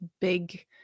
big